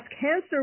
cancer